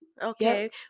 Okay